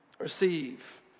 receive